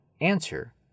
answer